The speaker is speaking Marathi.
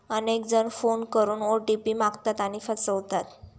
अनेक जण फोन करून ओ.टी.पी मागतात आणि फसवतात